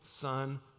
son